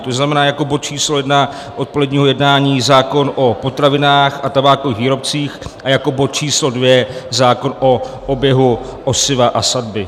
To znamená jako bod číslo jedna odpoledního jednání zákon o potravinách a tabákových výrobcích a jako bod číslo dva zákon o oběhu osiva a sadby.